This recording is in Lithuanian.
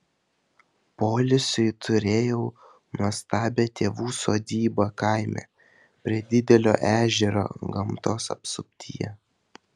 poilsiui turėjau nuostabią tėvų sodybą kaime prie didelio ežero gamtos apsuptyje